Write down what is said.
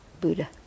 Buddha